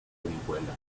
orihuela